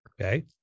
Okay